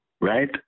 right